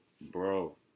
bro